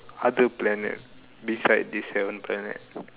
other planets beside these seven planets